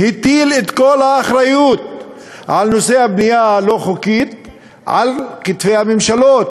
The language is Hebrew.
הטיל את כל האחריות לנושא הבנייה הלא-חוקית על כתפי הממשלות.